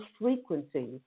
frequencies